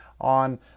on